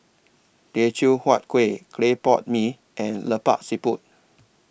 Teochew Huat Kueh Clay Pot Mee and Lemak Siput